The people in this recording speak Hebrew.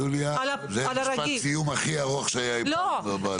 יוליה, זה משפט סיום הכי ארוך שהיה לי בוועדה.